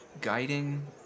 guiding